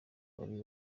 wari